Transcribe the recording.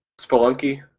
Spelunky